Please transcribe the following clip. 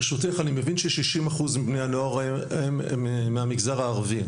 אני מבין שששים אחוז מבני הנוער הם מהמגזר הערבי.